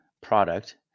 product